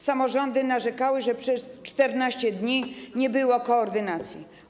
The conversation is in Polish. Samorządy narzekały, że przez 14 dni nie było koordynacji.